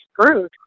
screwed